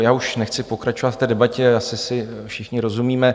Já už nechci pokračovat v té debatě, asi si všichni rozumíme.